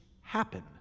happen